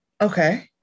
Okay